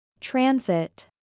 Transit